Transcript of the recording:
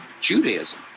Judaism